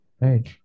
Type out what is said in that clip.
Right